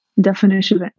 definition